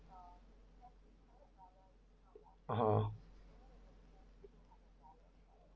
(uh huh)